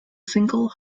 single